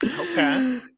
Okay